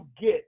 get